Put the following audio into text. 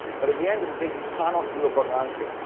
but at the end of the day, you cannot do a bernanke.